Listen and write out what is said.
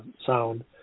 sound